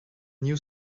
new